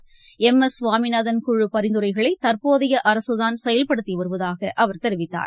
ளம் S Swaminathan குழு பரிந்துரைகளைதற்போதையஅரசுதான் செயல்படுத்திவருவதாகஅவர் தெரிவித்தார்